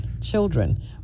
Children